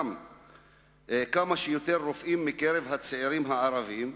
כמה שיותר רופאים מקרב הצעירים הערבים,